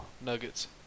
Nuggets